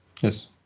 Yes